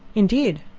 indeed,